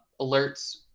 alerts